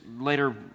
later